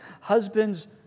husbands